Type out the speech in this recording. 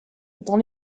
dans